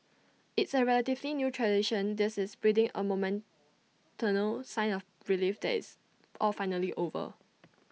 it's A relatively new tradition this is breathing A moment turnal sign of relief that it's all finally over